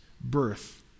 birth